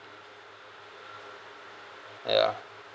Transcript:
uh ya